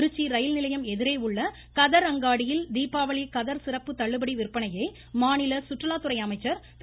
Trichy rail நிலையம் எதிரே உள்ள கதர் அங்காடியில் தீபாவளி கதர் சிறப்புத் தள்ளுபடி விற்பனையை மாநில சுற்றுலாத்துறை அமைச்சர் திரு